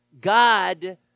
God